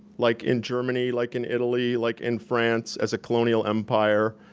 like in germany, like in italy, like in france as a colonial empire,